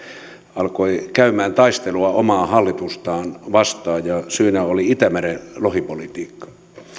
alkoi käymään taistelua omaa hallitustaan vastaan ja syynä oli itämeren lohipolitiikka